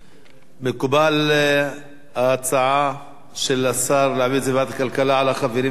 מקובלת ההצעה של השר להעביר את זה לוועדת הכלכלה על החברים המציעים?